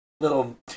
little